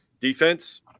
defense